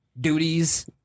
duties